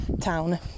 town